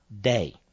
day